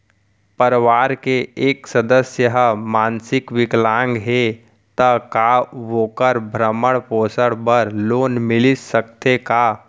परवार के एक सदस्य हा मानसिक विकलांग हे त का वोकर भरण पोषण बर लोन मिलिस सकथे का?